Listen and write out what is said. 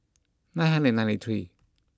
nine hundred and ninety three